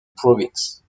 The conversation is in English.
province